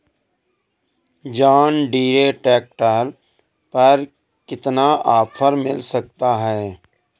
John Deere tractor पर कितना offer मिल सकता है?